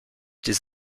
des